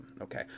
Okay